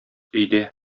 өйдә